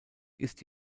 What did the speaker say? ist